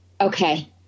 okay